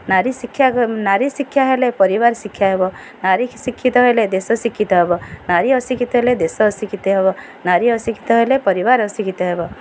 ନାରୀ ଶିକ୍ଷା ନାରୀ ଶିକ୍ଷା ହେଲେ ପରିବାର ଶିକ୍ଷା ହେବ ନାରୀ ଶିକ୍ଷିତ ହେଲେ ଦେଶ ଶିକ୍ଷିତ ହେବ ନାରୀ ଅଶିକ୍ଷିତ ହେଲେ ଦେଶ ଅଶିକ୍ଷିତ ହେବ ନାରୀ ଅଶିକ୍ଷିତ ହେଲେ ପରିବାର ଅଶିକ୍ଷିତ ହେବ